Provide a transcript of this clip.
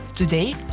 Today